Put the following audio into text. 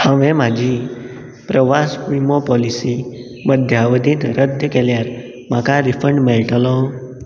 हांवें म्हजी प्रवास विमो पॉलिसी मध्यावधींत रद्द केल्यार म्हाका रिफंड मेळटलो